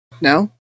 no